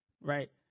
right